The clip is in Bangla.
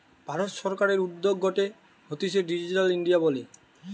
ভারত সরকারের উদ্যোগ গটে হতিছে ডিজিটাল ইন্ডিয়া বলে